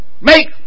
make